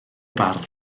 bardd